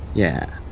yeah